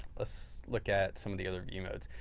let's look at some of the other view modes.